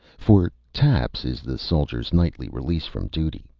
for taps is the soldier's nightly release from duty,